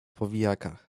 powijakach